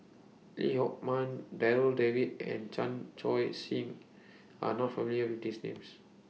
Lee Hock Moh Darryl David and Chan Choy Siong Are not familiar with These Names